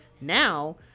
Now